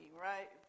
right